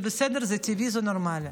זה בסדר, זה טבעי, זה נורמלי.